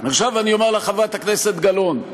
עכשיו אני אומר לחברת הכנסת גלאון: